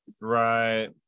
Right